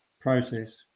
process